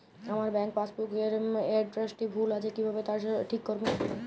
আমার bank passbook এর এড্রেসটি ভুল আছে কিভাবে তা ঠিক করবো?